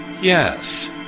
Yes